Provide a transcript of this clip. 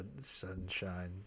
sunshine